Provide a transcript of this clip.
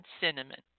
cinnamon